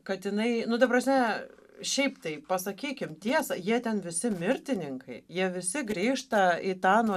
kad jinai nu ta prasme šiaip tai pasakykim tiesą jie ten visi mirtininkai jie visi grįžta į tą